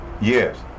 Yes